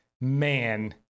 man